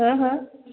हो हो